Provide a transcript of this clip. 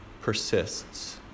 persists